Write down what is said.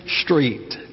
street